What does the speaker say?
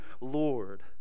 lord